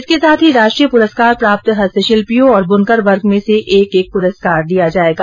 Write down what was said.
इसके साथ ही राष्ट्रीय पुरस्कार प्राप्त हस्तशिल्पियों और बुनकर वर्ग में से एक एक पुरस्कार दिया जाएगा